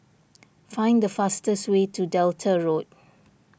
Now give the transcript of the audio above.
find the fastest way to Delta Road